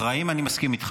אחראים, אני מסכים איתך.